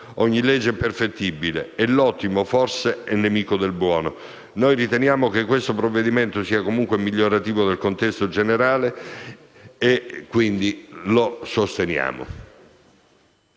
ogni legge è perfettibile, e l'ottimo forse è nemico del buono. Noi riteniamo che questo provvedimento sia comunque migliorativo del contesto generale e, quindi, lo sosteniamo.